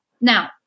Now